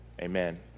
amen